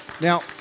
Now